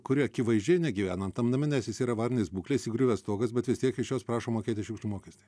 kuri akivaizdžiai negyvena tam name nes jis yra avarinės būklės įgriuvęs stogas bet vis tiek iš jos prašo mokėti šiukšlių mokestį